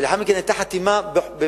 ולאחר מכן היתה חתימה באצבע,